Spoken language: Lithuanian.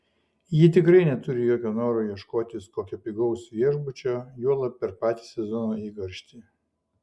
ji tikrai neturi jokio noro ieškotis kokio pigaus viešbučio juolab per patį sezono įkarštį